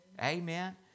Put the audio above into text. Amen